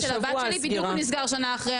של הבת שלי בדיוק מה נסגר שנה אחרי,